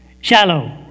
Shallow